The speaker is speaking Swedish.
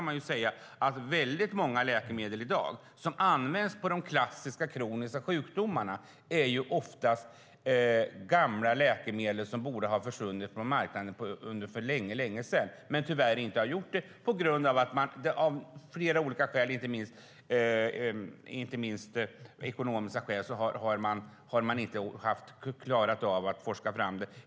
Många av dagens läkemedel som används för de klassiska kroniska sjukdomarna är ofta gamla läkemedel som borde ha försvunnit från marknaden för länge sedan men tyvärr inte har gjort det på grund av olika skäl. Bland annat har man av ekonomiska skäl inte klarat av att forska fram dem.